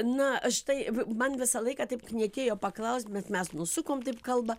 na štai man visą laiką taip knietėjo paklaust bet mes nusukom taip kalbą